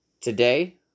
today